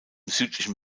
südlichen